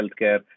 healthcare